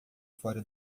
fora